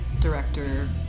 director